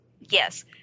Yes